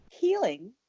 healing